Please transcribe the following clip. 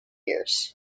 years